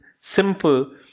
simple